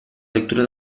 lectura